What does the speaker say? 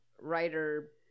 writer